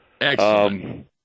Excellent